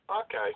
Okay